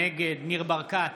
נגד ניר ברקת,